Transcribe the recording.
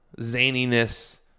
zaniness